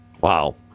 Wow